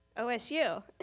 OSU